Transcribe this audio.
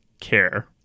care